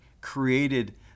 created